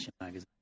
magazine